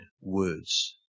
words